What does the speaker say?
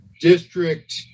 district